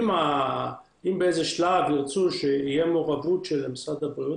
אם באיזה שלב ירצו שתהיה מעורבות של משרד הבריאות